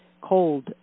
cold